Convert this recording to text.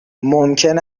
ممکن